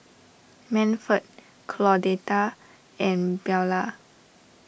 Manford Claudette and Bella